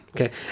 Okay